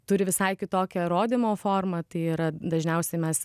turi visai kitokią rodymo formą tai yra dažniausiai mes